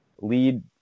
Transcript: lead